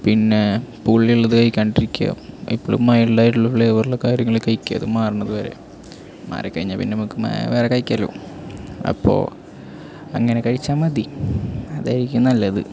പിന്നേ പുളിയുള്ളത് കഴിയ്ക്കാണ്ടിരിക്കുക എപ്പോഴും മൈള്ഡായിട്ടുള്ള ഫ്ലേവറിൽ കാര്യങ്ങൾ കഴിയ്ക്കുക അതു മാറുന്നതു വരെ മാറിക്കഴിഞ്ഞാൽ പിന്നെ ഞമക്ക് വേറെ കഴിക്കാമല്ലൊ അപ്പോൽ അങ്ങനെ കഴിച്ചാൽമതി അതായിരിക്കും നല്ലത്